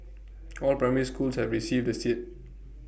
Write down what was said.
all primary schools have received the set